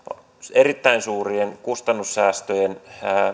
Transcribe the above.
erittäin suurien kustannussäästöjen